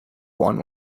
one